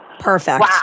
perfect